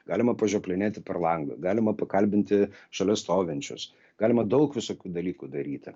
galima pažioplinėti per langą galima pakalbinti šalia stovinčius galima daug visokių dalykų daryti